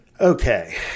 Okay